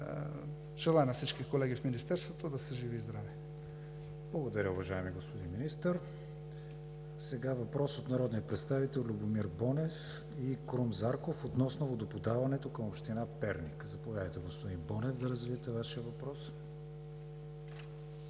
Желая на всички колеги в Министерството да са живи и здрави! ПРЕДСЕДАТЕЛ КРИСТИАН ВИГЕНИН: Благодаря, уважаеми господин Министър. Сега следва въпросът от народните представители Любомир Бонев и Крум Зарков относно водоподаването към община Перник. Заповядайте, господин Бонев, да развиете Вашия въпрос.